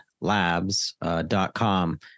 labs.com